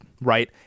right